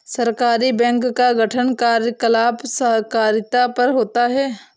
सहकारी बैंक का गठन कार्यकलाप सहकारिता पर होता है